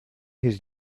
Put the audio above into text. his